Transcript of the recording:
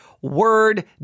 word